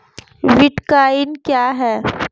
Bitcoin क्या है?